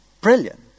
Brilliant